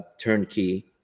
turnkey